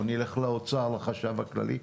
או אני אלך לאוצר לחשב הכללי,